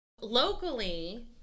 Locally